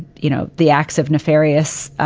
you know, the acts of nefarious